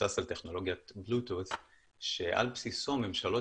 שמבוסס על טכנולוגיית Bluetooth שעל בסיסו ממשלות